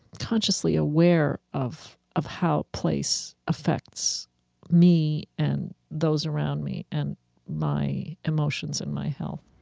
consciously aware of of how place affects me and those around me and my emotions and my health